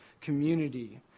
community